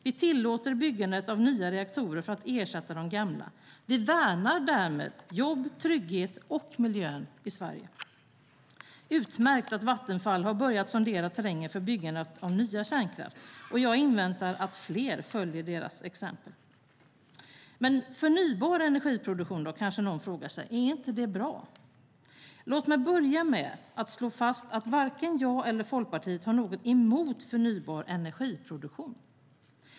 Vi tillåter byggandet av nya reaktorer för att ersätta de gamla, och vi värnar därmed jobb, trygghet och miljön i Sverige. Det är utmärkt att Vattenfall har börjat sondera terrängen för byggandet av nya kärnkraftverk, och jag inväntar att fler följer deras exempel. Men förnybar energiproduktion då, kanske någon frågar sig: Är inte det bra? Låt mig börja med att slå fast att varken jag eller Folkpartiet har något emot förnybar energiproduktion.